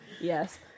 Yes